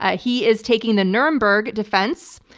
ah he is taking the nuremberg defense,